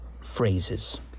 phrases